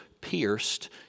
pierced